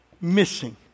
missing